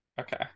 Okay